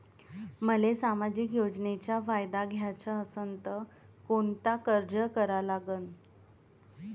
मले सामाजिक योजनेचा फायदा घ्याचा असन त कोनता अर्ज करा लागन?